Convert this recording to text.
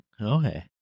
Okay